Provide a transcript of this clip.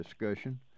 discussion